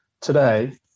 today